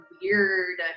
weird